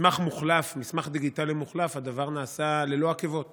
מסמך דיגיטלי מוחלף הדבר נעשה ללא עקבות